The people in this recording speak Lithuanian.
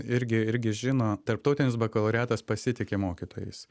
irgi irgi žino tarptautinis bakalaureatas pasitiki mokytojais